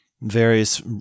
various